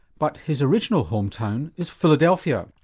but his original home town is philadelphia.